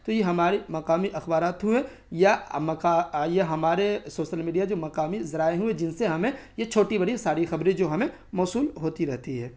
تو یہ ہماری مقامی اخبارات ہوئے یا یا ہمارے سوسل میڈیا جو مقامی ذرائع ہوئے جن سے ہمیں یہ چھوٹی بڑی ساری خبریں جو ہمیں موصول ہوتی رہتی ہیں